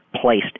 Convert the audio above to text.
placed